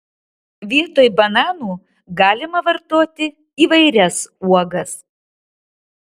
vietoj bananų galima vartoti įvairias uogas